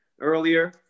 earlier